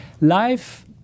Life